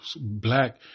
black